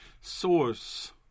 source